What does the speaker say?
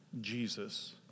Jesus